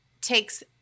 takes